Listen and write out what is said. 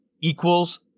equals